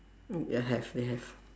mm ya have ya have